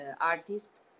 artist